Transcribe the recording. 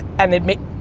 and it makes,